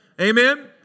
Amen